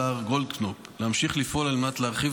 השר גולדקנופ להמשיך לפעול על מנת להרחיב